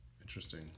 Interesting